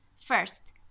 First